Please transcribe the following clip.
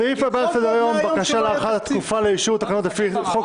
סעף הבא בסדר-היום: בקשה להארכת התקופה לאישור תקנות לפי חוק